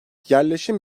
yerleşim